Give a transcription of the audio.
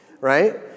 right